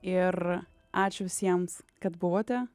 ir ačiū visiems kad buvote